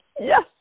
yes